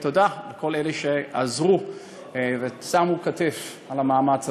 תודה לכל אלה שעזרו ונתנו כתף במאמץ הזה.